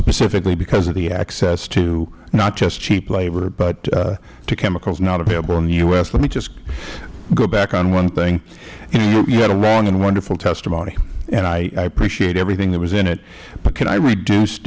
specifically because of the access to not just cheap labor but to chemicals not available in the u s let me just go back on one thing you had a long and wonderful testimony and i appreciate everything that was in it but can i reduce